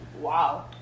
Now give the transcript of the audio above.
Wow